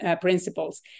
principles